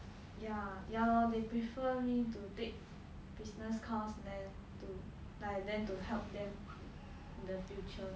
ya ya lor they prefer me to take business course and then to like and then to help them in the future